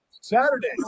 Saturday